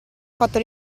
fatto